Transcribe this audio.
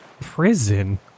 prison